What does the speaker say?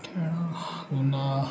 खेळा पुन्हा